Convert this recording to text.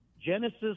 Genesis